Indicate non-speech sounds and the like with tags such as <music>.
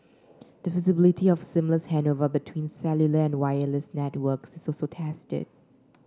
the feasibility of seamless handover between cellular and wireless networks <unintelligible> tested